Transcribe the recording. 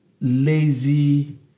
lazy